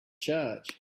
charge